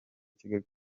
kigali